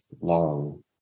long